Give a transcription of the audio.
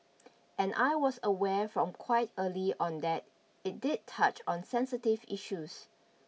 and I was aware from quite early on that it did touch on sensitive issues